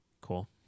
cool